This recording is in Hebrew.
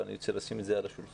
אבל אני רוצה לשים את זה על השולחן.